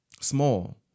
small